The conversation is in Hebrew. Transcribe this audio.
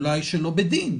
אולי שלא בדין,